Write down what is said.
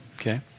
okay